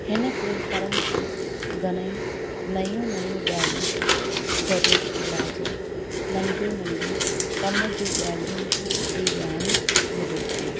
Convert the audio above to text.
हिन प्लेटफॉर्म सां घणेई नयूं नयूं ॻाल्हियूं गरुर इलाज नंढियूं नंढियूं कम जूं ॻाल्हियूं जी ॼाणु मिले थी